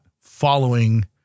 following